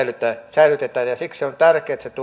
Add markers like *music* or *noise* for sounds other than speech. säilytetään siksi on tärkeää että *unintelligible*